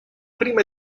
prima